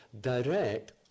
direct